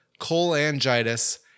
cholangitis